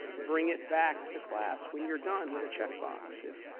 bring it back to class, when you're done with a check box if